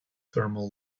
thermal